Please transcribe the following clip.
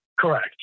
Correct